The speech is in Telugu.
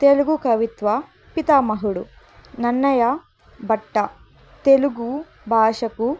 తెలుగు కవిత్వ పితామహుడు నన్నయ బట్ట తెలుగు భాషకు